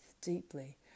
deeply